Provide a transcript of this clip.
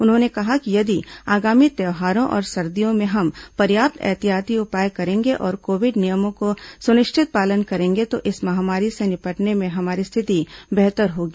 उन्होंने कहा कि यदि आगामी त्यौहारों और सर्दियों में हम पर्याप्त एहतियाती उपाय करेंगे और कोविड नियमों का समुचित पालन करेंगे तो इस महामारी से निपटने में हमारी स्थिति बेहतर होगी